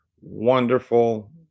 wonderful